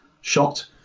shot